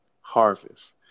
harvest